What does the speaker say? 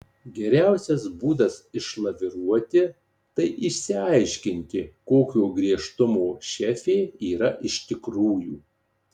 geriausias būdas išlaviruoti tai išsiaiškinti kokio griežtumo šefė yra iš tikrųjų